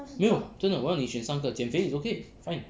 没有真的我让你选个三个减肥 is okay fine